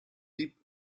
diep